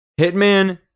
Hitman